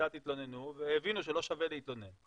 שקצת התלוננו והבינו שלא שווה להתלונן.